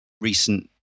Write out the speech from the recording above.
recent